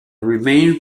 remaining